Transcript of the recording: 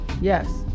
Yes